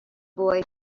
boy